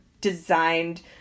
designed